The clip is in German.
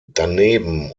daneben